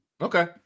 Okay